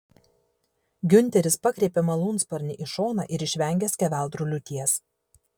giunteris pakreipė malūnsparnį į šoną ir išvengė skeveldrų liūties